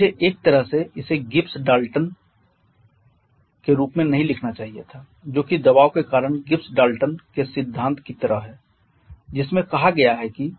मुझे एक तरह से इसे गिब्स डाल्टन के रूप में नहीं लिखना चाहिए था जो कि दबाव के कारण गिब्स डाल्टन के सिद्धांत की तरह है जिसमें कहा गया है कि